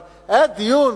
אבל היה דיון,